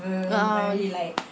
uh uh